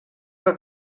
que